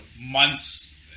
months